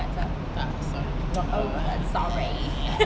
tak sorry not a